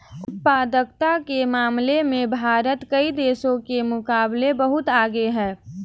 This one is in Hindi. उत्पादकता के मामले में भारत कई देशों के मुकाबले बहुत आगे है